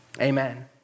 Amen